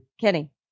Kenny